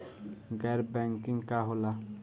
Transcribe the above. गैर बैंकिंग का होला?